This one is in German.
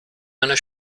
einer